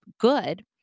good